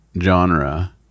genre